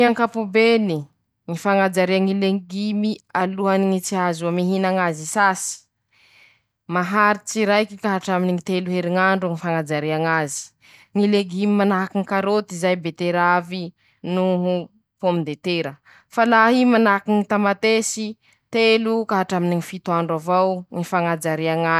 Ñy ankapobeny, ñy fañajaria ñylengimy alohany ñy tsy ahazoa mihina ñazy sasy :maharitsy raiky ka hatraminy ñy telo heriñandro ñy fañajaria ñazy ;ñy legimy manahaky ñy karôty zay, beteravy, noho pomme de tera ;fa laha i manahaky ñy tamatesy, telo ka hatraminy ñy fito andro avao ñy fañajaria ñazy.